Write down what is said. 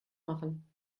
machen